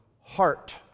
heart